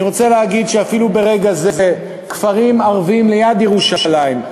אני רוצה להגיד שאפילו ברגע זה כפרים ערביים ליד ירושלים,